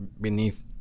beneath